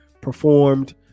performed